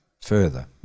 further